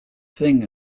thing